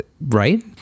right